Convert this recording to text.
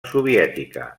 soviètica